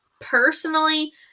Personally